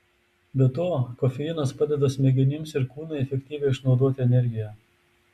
be to kofeinas padeda smegenims ir kūnui efektyviai išnaudoti energiją